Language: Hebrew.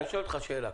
אני שואל אותך שאלה.